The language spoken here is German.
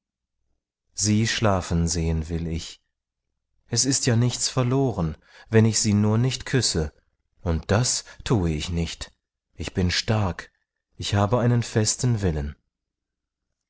sie schlafen sehen will ich es ist ja nichts verloren wenn ich sie nur nicht küsse und das thue ich nicht ich bin stark ich habe einen festen willen